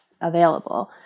available